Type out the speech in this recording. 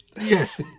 Yes